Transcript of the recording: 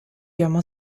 gömma